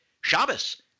Shabbos